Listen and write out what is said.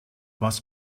was